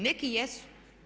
Neki jesu.